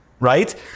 Right